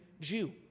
Jew